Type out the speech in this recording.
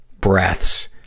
breaths